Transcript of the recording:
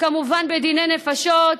כמובן בדיני נפשות,